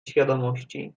świadomości